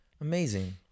Amazing